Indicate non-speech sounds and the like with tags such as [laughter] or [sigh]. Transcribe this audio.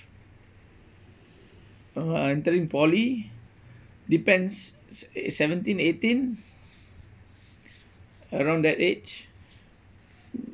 uh entering poly depends [breath] seventeen eighteen around that age